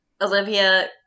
Olivia